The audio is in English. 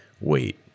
wait